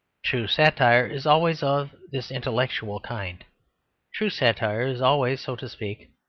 true satire is always of this intellectual kind true satire is always, so to speak,